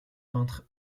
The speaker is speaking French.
peintre